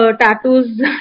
tattoos